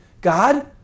God